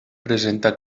presenta